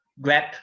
grab